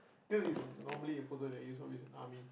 dude it's normally a photo they use always army